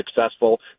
successful